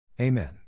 Amen